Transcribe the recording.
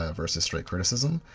ah versus criticism.